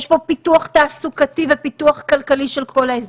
יש פה פיתוח תעסוקתי ופיתוח כלכלי של כל האזור,